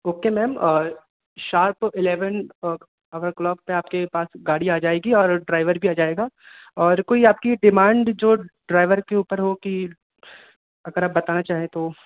okay ma'am sharp eleven o'clock पर आपके पास गाड़ी आ जाएगी और ड्राइवर भी आ जाएगा और आपकी कोई डिमांड जो ड्राइवर के ऊपर हो कि अगर आप बताना चाहे तो